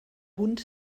hund